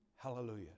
Hallelujah